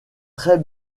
très